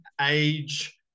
age